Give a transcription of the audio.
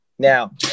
Now